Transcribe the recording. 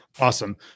Awesome